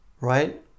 right